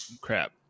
Crap